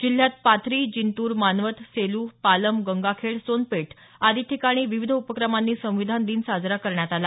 जिल्ह्यात पाथरी जिंतूर मानवत सेलू पालम गंगाखेड सोनपेठ आदी ठिकाणी विविध उपक्रमांनी संविधान दिन साजरा करण्यात आला